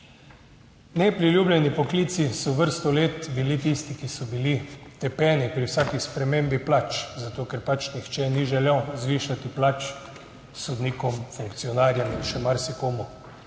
Nepriljubljeni poklici so vrsto let bili tisti, ki so bili tepeni pri vsaki spremembi plač, zato ker pač nihče ni želel zvišati plač sodnikom, funkcionarjem in še marsikomu.